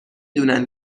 دونن